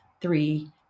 Three